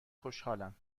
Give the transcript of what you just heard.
خوشحالم